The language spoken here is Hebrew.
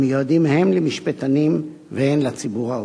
המיועדים הן למשפטנים והן לציבור הרחב.